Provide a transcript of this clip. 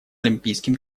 олимпийским